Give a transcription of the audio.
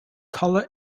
colour